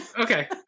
Okay